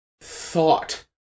thought